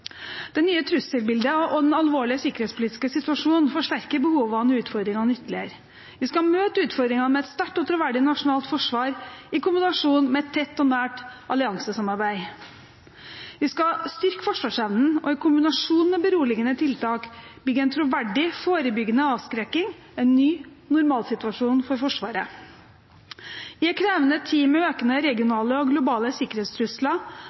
Det nye trusselbildet og den alvorlige sikkerhetspolitiske situasjonen forsterker behovene og utfordringene ytterligere. Vi skal møte utfordringene med et sterkt og troverdig nasjonalt forsvar i kombinasjon med et tett og nært alliansesamarbeid. Vi skal styrke forsvarsevnen og i kombinasjon med beroligende tiltak bygge en troverdig forebyggende avskrekking – en ny normalsituasjon for Forsvaret. I en krevende tid med økende regionale og globale sikkerhetstrusler